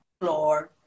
floor